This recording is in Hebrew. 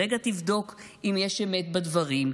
רגע תבדוק אם יש אמת בדברים,